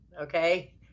Okay